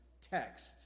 text